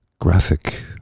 graphic